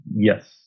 Yes